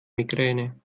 migräne